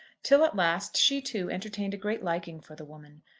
till at last she too entertained a great liking for the woman.